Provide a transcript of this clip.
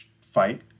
fight